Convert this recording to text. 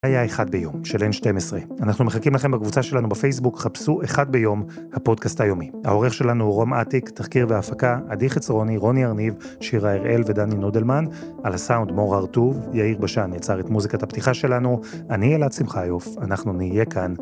זה היה אחד ביום, של N12. אנחנו מחכים לכם בקבוצה שלנו בפייסבוק, חפשו אחד ביום הפודקאסט היומי. העורך שלנו הוא רום אתיק, תחקיר והפקה, עדי חצרוני, רוני הרניב, שירה הראל ודני נודלמן. על הסאונד מור הרטוב, יאיר בשן יצר את מוזיקת הפתיחה שלנו. אני אלעד שמחייוף, אנחנו נהיה כאן...